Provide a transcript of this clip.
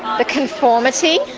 the conformity.